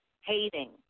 hating